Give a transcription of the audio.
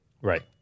Right